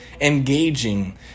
engaging